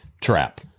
trap